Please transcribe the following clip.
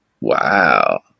Wow